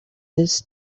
this